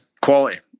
quality